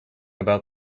about